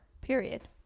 period